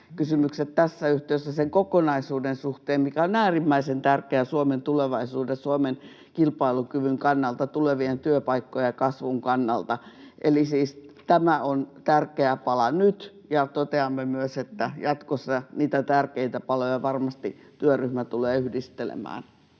kysymykset tässä yhteydessä sen kokonaisuuden suhteen, mikä on äärimmäisen tärkeä Suomen tulevaisuuden ja Suomen kilpailukyvyn kannalta, tulevien työpaikkojen ja kasvun kannalta. Tämä on siis tärkeä pala nyt, ja toteamme myös, että jatkossa niitä tärkeitä paloja varmasti työryhmä tulee yhdistelemään.